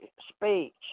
speech